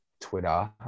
Twitter